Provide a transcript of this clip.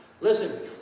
Listen